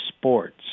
sports